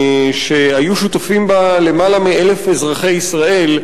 שהיו שותפים בה למעלה מ-1,000 אזרחי ישראל,